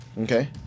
okay